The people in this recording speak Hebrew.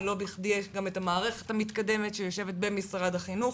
ולא בכדי יש גם מערכת מתקדמת שיושבת במשרד החינוך,